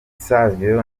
savio